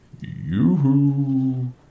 Yoo-hoo